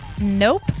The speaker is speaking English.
Nope